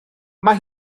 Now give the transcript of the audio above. mae